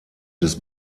des